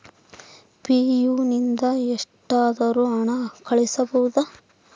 UPI ನಿಂದ ಎಷ್ಟಾದರೂ ಹಣ ಕಳಿಸಬಹುದಾ?